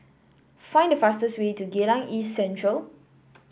find the fastest way to Geylang East Central